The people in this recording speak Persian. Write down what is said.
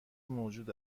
موجود